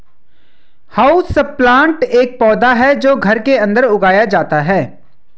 houseplant एक पौधा है जो घर के अंदर उगाया जाता है